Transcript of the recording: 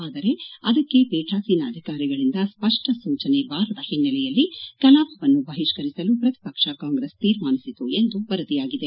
ಆದರೆ ಅದಕ್ಕೆ ಪೀಠಾಸೀನ ಅಧಿಕಾರಿಗಳಿಂದ ಸ್ಪಷ್ಟ ಸೂಚನೆ ಬಾರದ ಹಿನ್ನೆಲೆಯಲ್ಲಿ ಕಲಾಪವನ್ನು ಬಹಿಷ್ಠರಿಸಲು ಪ್ರತಿಪಕ್ಷವಾದ ಕಾಂಗ್ರೆಸ್ ತೀರ್ಮಾನಿಸಿತು ಎಂದು ವರದಿಯಾಗಿದೆ